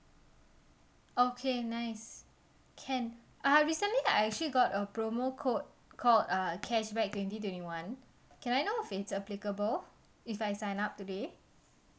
okay nice can uh recently I actually got a promo code called uh cashback twenty twenty one can I know if it's applicable if I sign up today